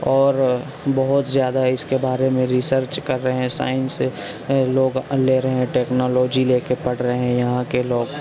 اور بہت زیادہ اس کے بارے میں ریسرچ کر رہے ہیں سائنس سے لوگ لے رہے ہیں ٹیکنالوجی لے کے پڑھ رہے ہیں یہاں کے لوگ